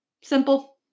Simple